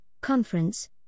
Conference